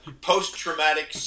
post-traumatic